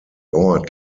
ort